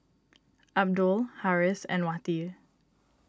Abdul Harris and Wati